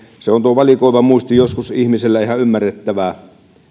se on tuo valikoiva muisti joskus ihmisellä ihan ymmärrettävää